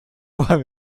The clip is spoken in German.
waren